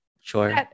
Sure